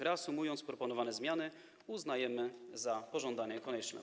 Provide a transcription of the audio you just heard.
Reasumując, proponowane zmiany uznajemy za pożądane i konieczne.